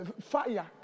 fire